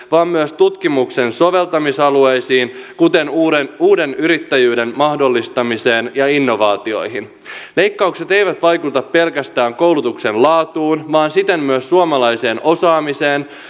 vaan myös tutkimuksen soveltamisalueisiin kuten uuden uuden yrittäjyyden mahdollistamiseen ja innovaatioihin leikkaukset eivät vaikuta pelkästään koulutuksen laatuun vaan siten myös suomalaiseen osaamiseen